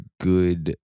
good